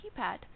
keypad